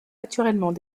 naturellement